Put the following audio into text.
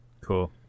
Cool